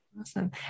awesome